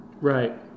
Right